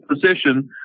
position